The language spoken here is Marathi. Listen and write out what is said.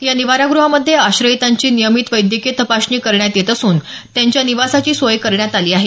या निवारागृहामध्ये आश्रयितांची नियमित वैद्यकीय तपासणी करण्यात येत असून त्यांच्या निवासाची सोय करण्यात आली आहे